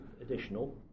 additional